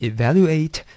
Evaluate